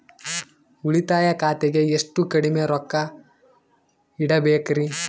ಉಳಿತಾಯ ಖಾತೆಗೆ ಎಷ್ಟು ಕಡಿಮೆ ರೊಕ್ಕ ಇಡಬೇಕರಿ?